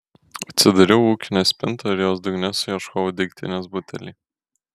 atsidariau ūkinę spintą ir jos dugne suieškojau degtinės butelį